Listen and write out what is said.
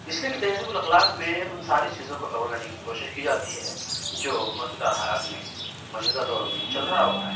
اِس لیے کہ تہذیب الاخلاق میں اُن ساری چیزوں کو کور کرنے کی کوشش کی جاتی ہے جو موجودہ حالات میں موجودہ دور میں چل رہا ہوتا ہے